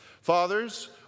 Fathers